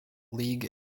league